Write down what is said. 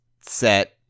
set